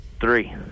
Three